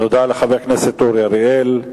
תודה לחבר הכנסת אורי אריאל.